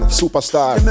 superstar